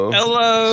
Hello